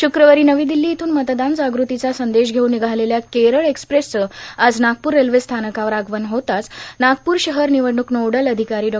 शुक्रवारो नवी र्ददल्लो इथून मतदान जागृतीचा संदेश घेऊन र्दनघालेल्या केरळ एक्सप्रेसचं आज नागपूर रेल्वे स्थानकावर आगमन होताच नागपूर शहर ांनवडणूक नोडल अर्धिकारो डॉ